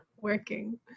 working